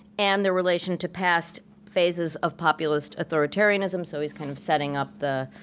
and their relation to past phases of populist authoritarianism so he's kind of setting up the